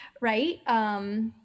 right